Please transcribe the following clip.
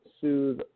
soothe